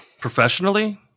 Professionally